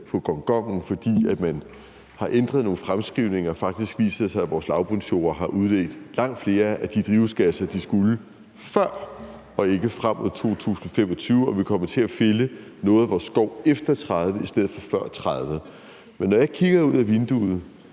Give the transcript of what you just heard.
af gongongen, fordi man har ændret nogle fremskrivninger, og faktisk viser det sig, at vores lavbundsjorder har udledt langt flere af de drivhusgasser, de skulle, før og ikke frem mod 2025, og at vi kommer til at fælde noget af vores skov efter 2030 i stedet for før 2030. Men når jeg kigger ud ad vinduet